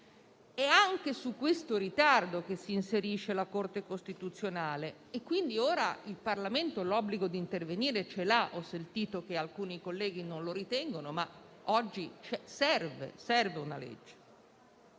È anche su questo ritardo che si inserisce la Corte costituzionale. Quindi, ora il Parlamento ha l'obbligo di intervenire; ho sentito che alcuni colleghi non ritengono sia così, ma oggi serve una legge,